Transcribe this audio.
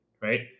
right